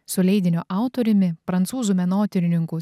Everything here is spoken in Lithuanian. su leidinio autoriumi prancūzų menotyrininku